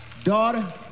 Daughter